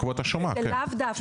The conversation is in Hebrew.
זה כן.